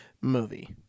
movie